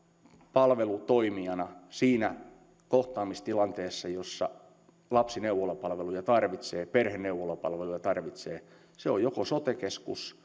palvelutoimijana siinä kohtaamistilanteessa jossa lapsi neuvolapalveluja tarvitsee perhe neuvolapalveluja tarvitsee on joko sote keskus